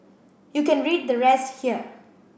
you can read the rest here